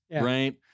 right